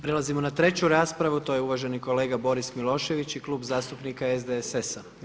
Prelazimo na treću raspravu, to je uvaženi kolega Boris Milošević i Klub zastupnika SDSS-a.